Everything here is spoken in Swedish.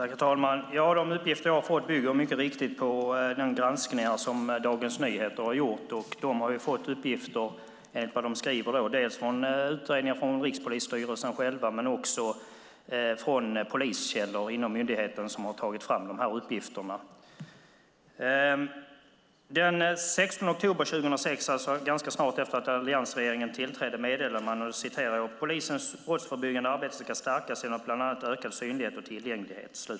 Herr talman! De uppgifter som jag har fått bygger mycket riktigt på de granskningar som Dagens Nyheter har gjort. Enligt vad Dagens Nyheter skriver har de har fått uppgifter dels från Rikspolisstyrelsen själv, dels från poliskällor inom myndigheten som har tagit fram uppgifterna. Den 16 oktober 2006, alltså ganska snart efter att alliansregeringen tillträdde, meddelade man följande: "Polisens brottsförebyggande arbete ska stärkas genom bland annat ökad synlighet och tillgänglighet."